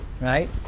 right